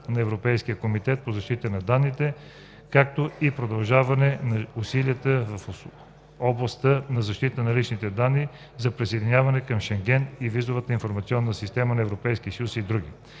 на Европейския комитет по защита на данните, както и продължаване на усилията в областта на защита на личните данни за присъединяване към Шенген и Визовата информационна система на Европейския съюз, и други.